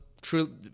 true